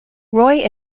roy